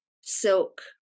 silk